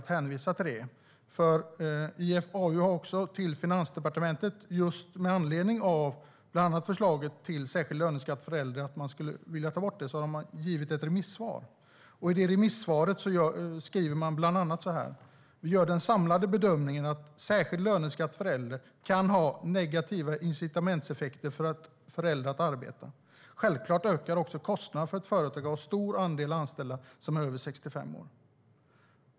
IFAU har nämligen givit ett remissvar till Finansdepartementet just med anledning av bland annat förslaget att ta bort den särskilda löneskatten för äldre. I remissvaret skriver man bland annat så här: "Vi gör den samlade bedömningen att sänkt skatt för pensionärer och särskild löneskatt för äldre kan ha negativa incitamentseffekter för äldre att arbeta. Självklart ökar också kostnaderna för ett företag att ha en stor andel anställda som är över 65 år."